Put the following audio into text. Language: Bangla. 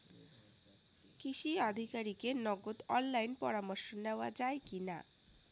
কৃষি আধিকারিকের নগদ অনলাইন পরামর্শ নেওয়া যায় কি না?